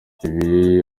ibi